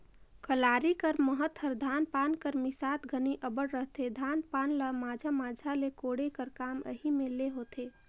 कलारी कर महत हर धान पान कर मिसात घनी अब्बड़ रहथे, धान पान ल माझा माझा मे कोड़े का काम एही मे ले होथे